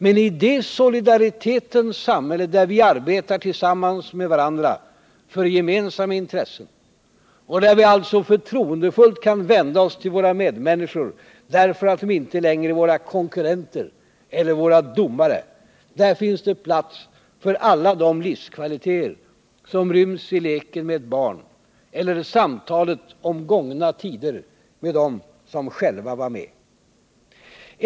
Men i det solidaritetens samhälle, där vi arbetar tillsammans med varandra för gemensamma intressen och där vi alltså förtroendefullt kan vända oss till våra medmänniskor, därför att de inte längre är våra konkurrenter eller våra domare, där finns det plats för alla de livskvaliteter som ryms i leken med ett barn eller samtalet om gångna tider med dem som själva var med.